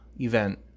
event